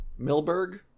Milberg